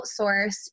outsource